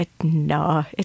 No